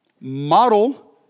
Model